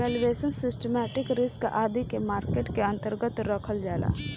valuation, systematic risk आदि के market के अन्तर्गत रखल जाला